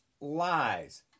lies